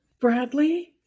Bradley